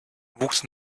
wuchs